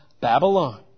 Babylon